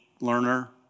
learner